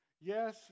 Yes